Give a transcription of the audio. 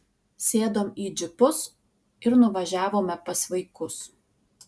sėdom į džipus ir nuvažiavome pas vaikus